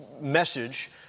message